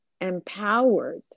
empowered